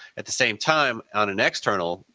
at the same time on an external,